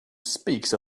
speaks